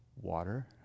water